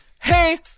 Hey